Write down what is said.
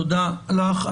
תודה לך.